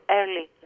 early